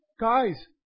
guys